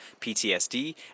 PTSD